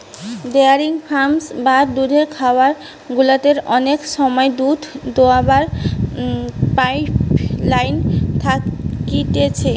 dairy farm বা দুধের খামার গুলাতে অনেক সময় দুধ দোহাবার পাইপ লাইন থাকতিছে